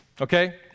okay